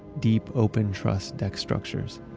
deep open trust deck structures.